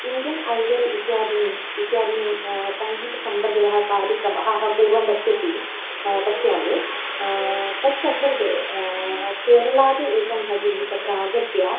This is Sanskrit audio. इण्डियन् ऐडल् इत्यादीन् इत्यादीन् सङ्गीतसम्बन्धिनः कार्यक्रमः अहं पूर्वं पश्यति पश्यामि तत् सन्दर्भे केरलाद् एका भगिनी तत्र आगत्य